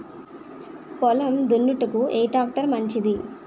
పొలం దున్నుటకు ఏ ట్రాక్టర్ మంచిది?